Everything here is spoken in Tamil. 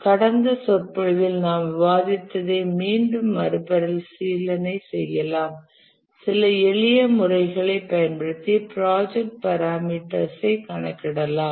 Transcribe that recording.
கடந்த சொற்பொழிவில் நாம் விவாதித்ததை மீண்டும் மறுபரிசீலனை செய்யலாம் சில எளிய முறைகளைப் பயன்படுத்தி ப்ராஜெக்ட் பராமீட்டர்ஸ் ஐ கணக்கிடலாம்